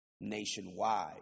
nationwide